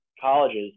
colleges